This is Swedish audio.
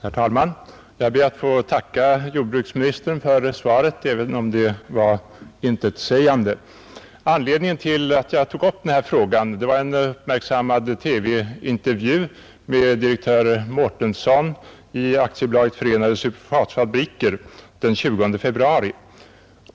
Herr talman! Jag ber att få tacka jordbruksministern för svaret, även om det var intetsägande. Anledningen till att jag tagit upp denna fråga var en uppmärksammad TV-intervju med direktör Mårtensson i AB Förenade superfosfatfabriker den 20 februari.